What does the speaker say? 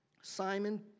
simon